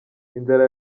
inzara